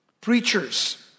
preachers